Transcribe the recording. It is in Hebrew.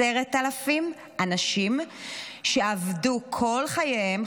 10,000 אנשים שעבדו כל חייהם,